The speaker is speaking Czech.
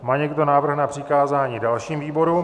Má někdo návrh na přikázání dalším výborům?